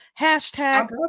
Hashtag